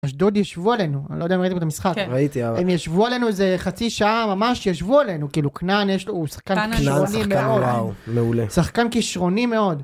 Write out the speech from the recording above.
אשדוד ישבו עלינו אני לא יודע אם ראיתם את המשחק, כן ראיתי, הם ישבו עלינו איזה חצי שעה ממש ישבו עלינו כאילו כנען יש לו הוא שחקן כישרוני מאוד.